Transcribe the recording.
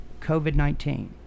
COVID-19